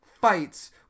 fights